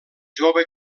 jove